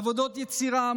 בעבודות יצירה,